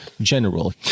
general